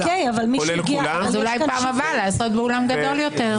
אולי בפעם הבאה לעשות באולם גדול יותר.